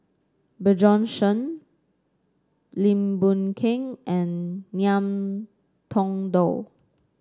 Bjorn Shen Lim Boon Keng and Ngiam Tong Dow